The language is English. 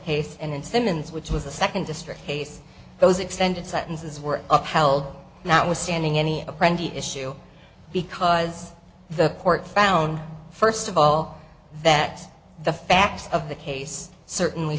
case and simmons which was the second district case those extended sentences were upheld now withstanding any apprentice issue because the court found first of all that the facts of the case certainly